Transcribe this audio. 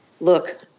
look